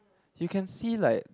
you can see like